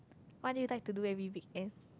what do you like to do every weekend